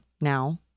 now